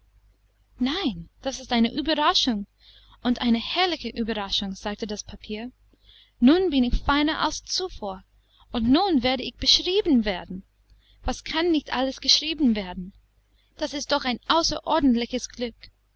nein das ist eine überraschung und eine herrliche überraschung sagte das papier nun bin ich feiner als zuvor und nun werde ich beschrieben werden was kann nicht alles geschrieben werden das ist doch ein außerordentliches glück